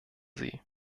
sie